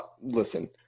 Listen